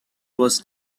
was